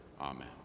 Amen